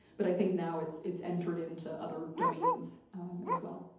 but i think now, it's it's entered into other domains as well.